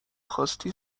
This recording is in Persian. خواستی